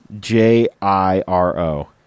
J-I-R-O